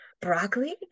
broccoli